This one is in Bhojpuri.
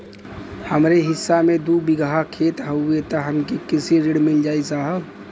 हमरे हिस्सा मे दू बिगहा खेत हउए त हमके कृषि ऋण मिल जाई साहब?